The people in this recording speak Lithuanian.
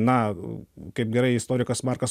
na kaip gerai istorikas markas